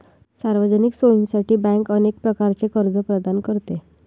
सार्वजनिक सोयीसाठी बँक अनेक प्रकारचे कर्ज प्रदान करते